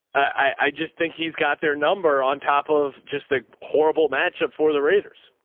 i just think he's got their number on top of just a horrible match up for the raiders.